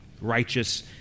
righteous